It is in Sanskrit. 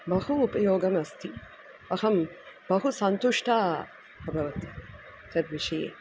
बहु उपयोगमस्ति अहं बहुसन्तुष्टा अभवं तद्विषये